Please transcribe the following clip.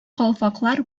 калфаклар